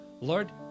lord